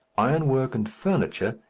iron-work and furniture,